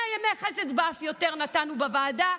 100 ימי חסד ואף יותר נתנו בוועדה,